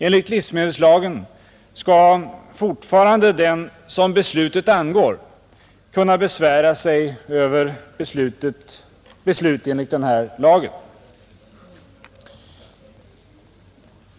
Enligt livsmedelslagen skall fortfarande den ”som beslutet angår” kunna besvära sig.